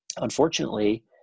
Unfortunately